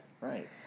Right